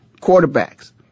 quarterbacks